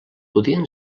podien